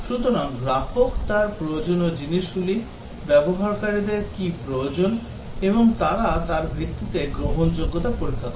সুতরাং গ্রাহক তার প্রয়োজনীয় জিনিসগুলি ব্যবহারকারীদের কী প্রয়োজন এবং তারা তার ভিত্তিতে গ্রহণযোগ্যতা পরীক্ষা করে